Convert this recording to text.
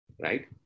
right